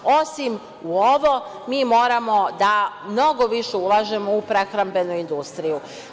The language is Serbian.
Osim u ovo, mi moramo da mnogo više ulažemo u prehrambenu industriju.